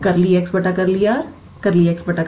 तो हमारे पास